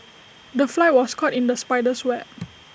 the fly was caught in the spider's web